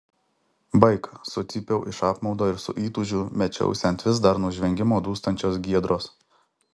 baik sucypiau iš apmaudo ir su įtūžiu mečiausi ant vis dar nuo žvengimo dūstančios giedros